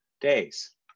days